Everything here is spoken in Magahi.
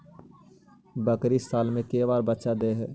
बकरी साल मे के बार बच्चा दे है?